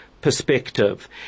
perspective